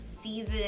season